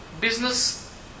business